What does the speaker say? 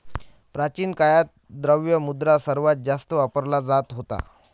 प्राचीन काळात, द्रव्य मुद्रा सर्वात जास्त वापरला जात होता